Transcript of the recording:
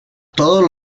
todos